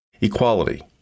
Equality